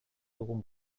dugun